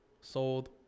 sold